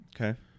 Okay